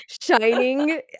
shining